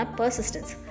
persistence